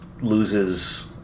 loses